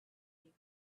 world